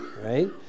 right